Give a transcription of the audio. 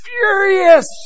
furious